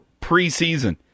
preseason